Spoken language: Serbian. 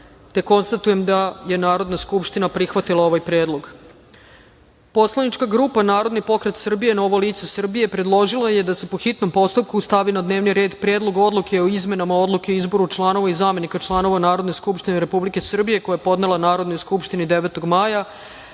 poslanika. Konstatujem da je Narodna skupština prihvatila ovaj predlog. Poslanička grupa Narodni pokret Srbije – Novo lice Srbije predložilo je da se, po hitnom postupku, stavi na dnevni red Predlog odluke o izmenama Odluke o izboru članova i zamenika članova odbora Narodne skupštine Republike Srbije, koji je podnela Narodnoj skupštini 9. maja